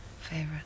favorite